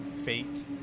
fate